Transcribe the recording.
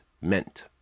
meant